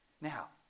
Now